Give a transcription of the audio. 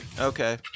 okay